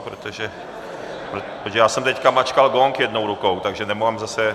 Protože já jsem teďka mačkal gong jednou rukou, takže nemám zase...